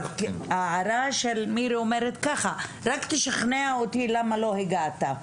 ההערה של מירי אומרת ככה: רק תשכנע אותי למה לא הגעת,